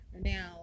now